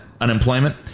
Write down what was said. unemployment